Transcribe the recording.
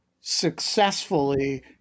successfully